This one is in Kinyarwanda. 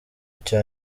cya